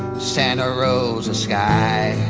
santa rosa sky